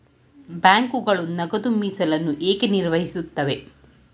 ಬ್ಯಾಂಕುಗಳು ನಗದು ಮೀಸಲನ್ನು ಏಕೆ ನಿರ್ವಹಿಸುತ್ತವೆ?